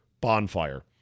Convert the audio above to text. bonfire